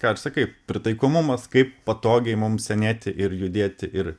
ką ir sakai pritaikomumas kaip patogiai mums senėti ir judėti ir